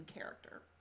character